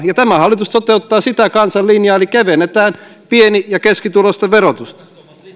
tämä hallitus toteuttaa sitä kansan linjaa eli kevennetään pieni ja keskituloisten verotusta